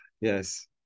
Yes